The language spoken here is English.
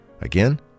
Again